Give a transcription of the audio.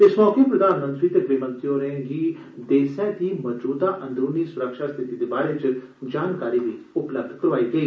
इस मौके प्रधानमंत्री मे गृहमंत्री होरें गी देसै दी मजूदा अदरूनी सुरक्षा स्थिति दे बारे च जानकारी बी दित्ती गेई